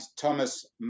thomas